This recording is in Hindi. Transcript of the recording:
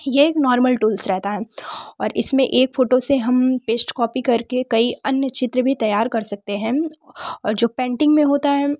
ये एक नॉर्मल टूल्स रहता है और इसमें एक फोटो से हम पेस्ट कॉपी करके कई अन्य क्षेत्र भी तैयार कर सकते हैं और जो पेंटिंग में होता है